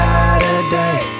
Saturday